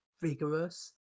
vigorous